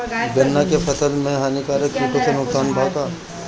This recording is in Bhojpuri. गन्ना के फसल मे हानिकारक किटो से नुकसान बा का?